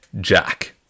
Jack